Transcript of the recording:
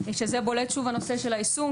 שזה בולט שוב הנושא של היישום,